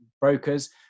brokers